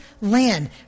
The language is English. land